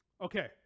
Okay